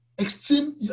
extreme